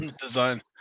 Design